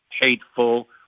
hateful